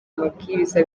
amabwiriza